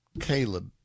Caleb